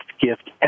gift